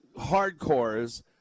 hardcores